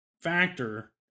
factor